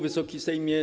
Wysoki Sejmie!